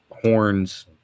horns